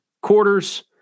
quarters